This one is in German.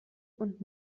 und